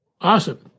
Awesome